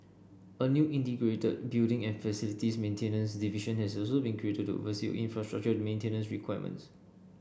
a new integrated building and facilities maintenance division has also been created to oversee infrastructure maintenance requirements